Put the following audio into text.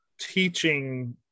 teaching